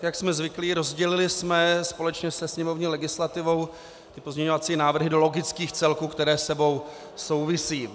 Jak jsme zvyklí, rozdělili jsme společně se sněmovní legislativou pozměňovací návrhy do logických celků, které spolu souvisí.